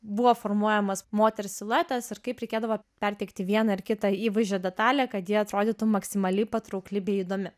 buvo formuojamas moters siluetas ir kaip reikėdavo perteikti vieną ar kitą įvaizdžio detalę kad ji atrodytų maksimaliai patraukli bei įdomi